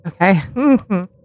Okay